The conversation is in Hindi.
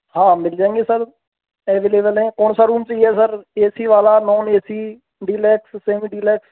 हाँ मिल जाएंगे सर एवेलेबल हैं कौन सा रूम चाहिए सर ए सी वाला non A C deluxe semi deluxe